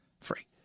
free